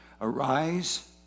Arise